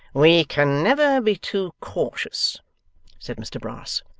we can never be too cautious said mr brass.